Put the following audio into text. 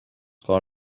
کار